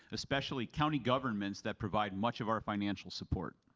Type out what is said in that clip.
especially county governments that provide much of our financial support?